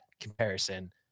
comparison